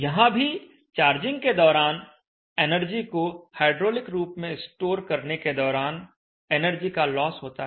यहां भी चार्जिंग के दौरान एनर्जी को हाइड्रोलिक रूप में स्टोर करने के दौरान एनर्जी का लॉस होता है